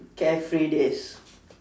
carefree days